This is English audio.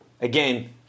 again